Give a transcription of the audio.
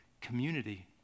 community